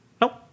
Nope